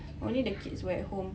only the kids were at home